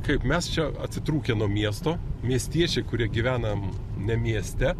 kaip mes čia atitrūkę nuo miesto miestiečiai kurie gyvenam ne mieste